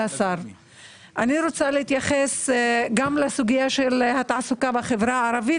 אני רוצה להתייחס לסוגיה של התעסוקה בחברה הערבית